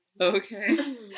Okay